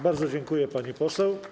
Bardzo dziękuję, pani poseł.